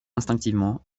instinctivement